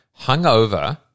hungover